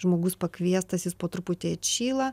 žmogus pakviestas jis po truputį atšyla